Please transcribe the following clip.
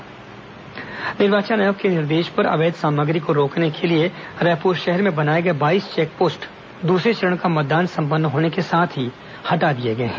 check post निर्वाचन आयोग के निर्देश पर अवैध सामग्री को रोकने के लिए रायपुर शहर में बनाए गए बाईस चेक पोस्ट दूसरे चरण का मतदान संपन्न होने के साथ ही हटा लिए गए हैं